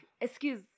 excuse